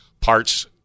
parts